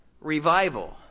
revival